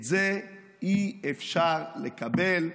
את זה אי-אפשר לקבל.